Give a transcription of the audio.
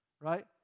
right